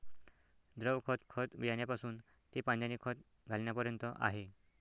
द्रव खत, खत बियाण्यापासून ते पाण्याने खत घालण्यापर्यंत आहे